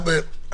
יפה.